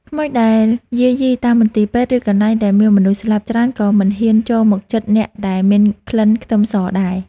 ខ្មោចដែលយាយីតាមមន្ទីរពេទ្យឬកន្លែងដែលមានមនុស្សស្លាប់ច្រើនក៏មិនហ៊ានចូលមកជិតអ្នកដែលមានក្លិនខ្ទឹមសដែរ។